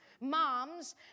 moms